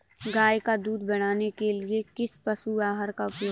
गाय का दूध बढ़ाने के लिए किस पशु आहार का उपयोग करें?